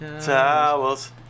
towels